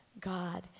God